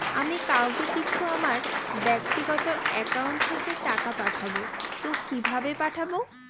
আমি কাউকে কিছু আমার ব্যাক্তিগত একাউন্ট থেকে টাকা পাঠাবো তো কিভাবে পাঠাবো?